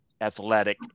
athletic